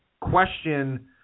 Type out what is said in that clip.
question